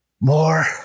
more